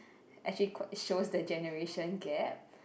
actually quite shows the generation gap